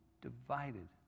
divided